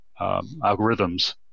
algorithms